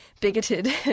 bigoted